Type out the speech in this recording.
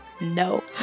no